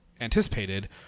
anticipated